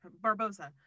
Barbosa